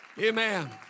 Amen